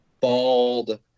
bald